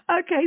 Okay